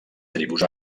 tribus